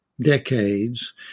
decades